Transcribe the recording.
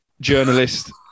journalist